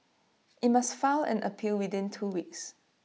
IT must file an appeal within two weeks